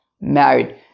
married